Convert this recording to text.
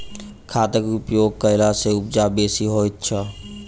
खादक उपयोग कयला सॅ उपजा बेसी होइत छै